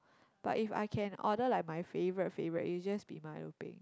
but if I can order like my favorite favorite it'll just be milo peng